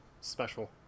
special